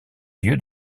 lieu